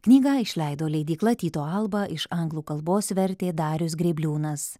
knygą išleido leidykla tyto alba iš anglų kalbos vertė darius grėbliūnas